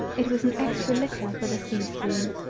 it was an extra licker with a see spoon.